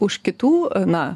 už kitų na